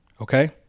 okay